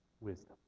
wisdom